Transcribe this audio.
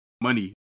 money